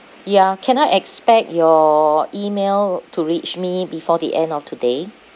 ya can I expect your email to reach me before the end of today